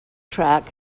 track